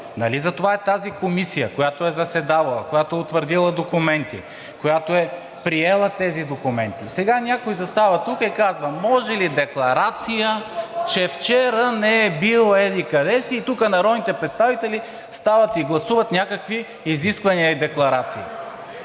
затова е тази комисия, която е заседавала, която е утвърдила документи, която е приела тези документи? Сега някой застава тук и казва: може ли декларация, че вчера не е бил еди-къде си, и тук народните представители стават и гласуват някакви изисквания и декларации.